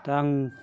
दा आं